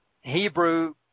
Hebrew